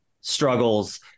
struggles